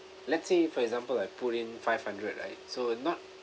let's say for example I put in five hundred right so not